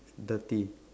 dirty